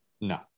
No